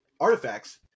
artifacts